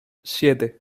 siete